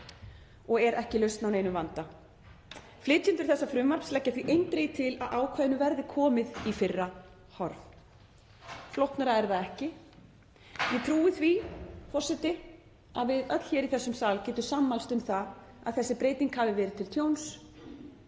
og er ekki lausn á neinum vanda. Flytjendur þessa frumvarps leggja því eindregið til að ákvæðinu verði komið í fyrra horf.“ Flóknara er það ekki. Ég trúi því, forseti, að við öll í þessum sal getum sammælst um að þessi breyting hafi verið til tjóns